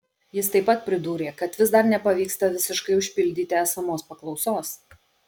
jis taip pat pridūrė kad vis dar nepavyksta visiškai užpildyti esamos paklausos